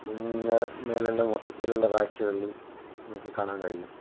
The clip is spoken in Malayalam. അതിന്റെ മേലെയുള്ള മൊത്തത്തിലുള്ള കാഴ്ചകള് നോക്കിക്കാണാന് കഴിയും